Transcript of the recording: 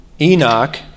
Enoch